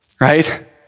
right